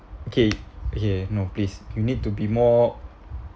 okay okay no please you need to be more